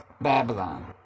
Babylon